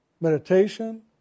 Meditation